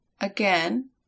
Again